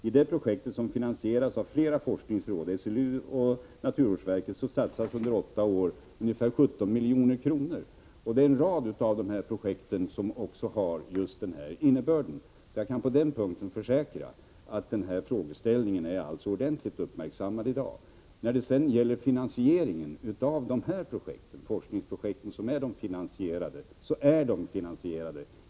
I detta projekt, som finansieras av flera forskningsråd, SLU och naturvårdsverket, satsas under åtta år ca 17 milj.kr. En rad av dessa projekt har just den innebörden som vi nu diskuterar, och jag kan försäkra att frågeställningen är ordentligt uppmärksammad i dag. Forskningsprojekten är finansierade.